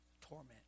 torment